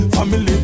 Family